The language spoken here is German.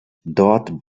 dort